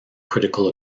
critical